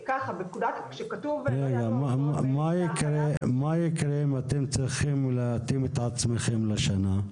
מה יקרה אם אתם צריכים להתאים את עצמכם לשנה?